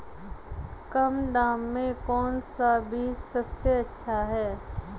कम दाम में कौन सा बीज सबसे अच्छा है?